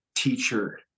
teacher